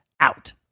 out